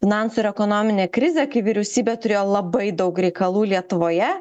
finansų ir ekonominė krizė kai vyriausybė turėjo labai daug reikalų lietuvoje